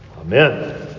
Amen